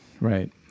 right